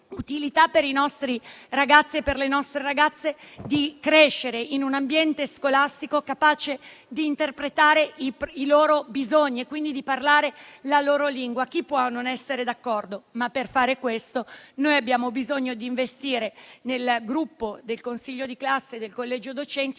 e per le nostre ragazze di crescere in un ambiente scolastico capace di interpretare i loro bisogni e, quindi, di parlare la loro lingua. Chi può non essere d'accordo? Ma, per fare questo, noi abbiamo bisogno di investire nel gruppo del consiglio di classe e del collegio docenti, offrendo